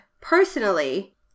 personally